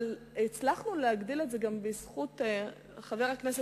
אבל הצלחנו להגדיל את זה גם בזכות חבר הכנסת,